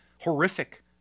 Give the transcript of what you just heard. horrific